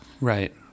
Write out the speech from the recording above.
Right